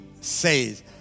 says